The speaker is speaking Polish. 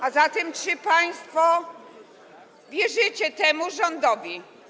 A zatem czy państwo wierzycie temu rządowi?